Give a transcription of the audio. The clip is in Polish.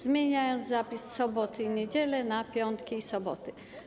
Zmieniono zapis „soboty i niedziele” na „piątki i soboty”